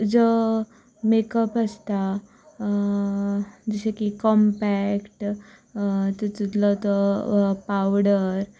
जो मेकप आसता जशी की कॉम्पैक्ट तितूंतलो तो पावडर